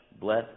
bless